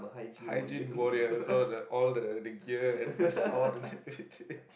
hygiene warriors all the all the the gear and saw